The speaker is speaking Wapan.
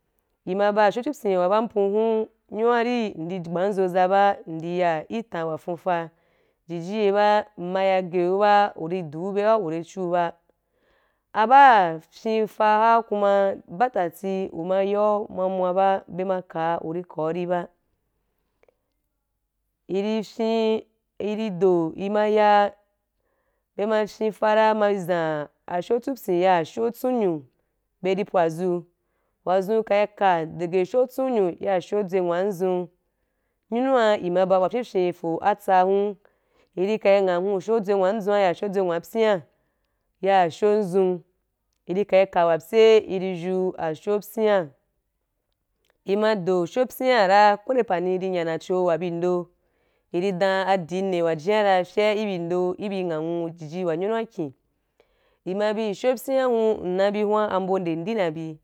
I ma ba asho tsupyin wa ampu’u nyumua ri ndi gbam zuza ba indi ya ki tam wa fuufa jiji ye ba u ma ye geu ba u di du bye u ri chiu ba- a ba fyen fa bo kuma batati u ma yau moua moua ba be ma kaa u ri kau ri ba i fyen i ri do i ma ya i ma fyen fa ra ma zam ashow tsupyin ya ashow tunsyo be ri pwazu wa zun kai ka dege ashow tusnyo wa zun ka i ka dege ashow tsunyo ya ashow dzuinwuazun nyumua i ma ba abu wa fyenfyen ma fo atsa hun i ka ri ngham wu ya ashow dzunwa adzun ya ashe dzurwa abyaa ya ashow adzun i ka i ka wa pye i ri zuu ashow abyaa i ma do ashow pyia ra ko we nde pani i nya nacho wa bi ndo i di dam adi ni wa jia ra fya i bi ndo i bi nghonwu jiji wa nyunu wa kin i ma bu ashow byaan hun nna bi hua ambo nde di na bi.